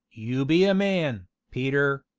you be a man, peter!